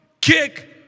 kick